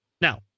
now